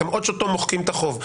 אתם אוטוטו מוחקים את החוב.